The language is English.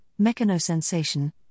mechanosensation